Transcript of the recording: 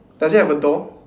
does it have a door